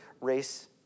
race